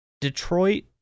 Detroit